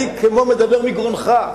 אני כמו מדבר מגרונך.